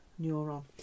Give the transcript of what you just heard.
neuron